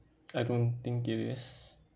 I don't think it is